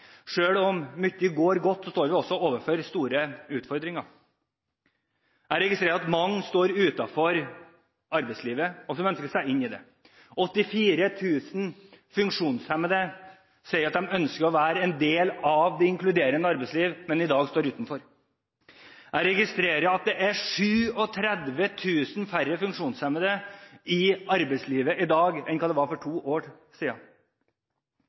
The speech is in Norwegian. store utfordringer. Jeg registrerer at mange står utenfor arbeidslivet og ønsker seg inn i det. 84 000 funksjonshemmede sier at de ønsker å være en del av det inkluderende arbeidslivet, men står i dag utenfor. Jeg registrerer at det er 37 000 færre funksjonshemmede i arbeidslivet i dag enn for to år